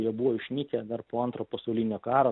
jie buvo išnykę dar po antro pasaulinio karo